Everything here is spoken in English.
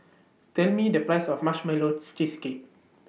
Tell Me The Price of Marshmallow Cheesecake